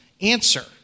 answer